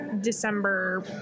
December